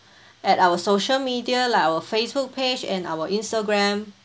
at our social media like our facebook page and our instagram